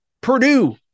Purdue